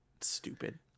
stupid